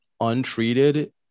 untreated